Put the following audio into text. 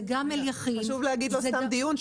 זה גם אליכין --- חשוב להדגיש שלא סתם דיון,